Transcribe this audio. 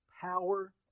power